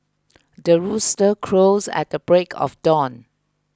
the rooster crows at the break of dawn